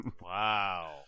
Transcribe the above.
Wow